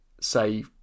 say